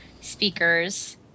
speakers